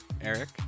Eric